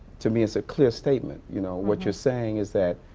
to me it's a clear statement. you know what you're saying is that,